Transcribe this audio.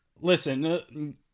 Listen